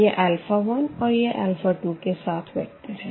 यह अल्फ़ा 1 और यह अल्फ़ा 2 के साथ वेक्टर है